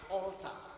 altar